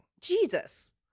Jesus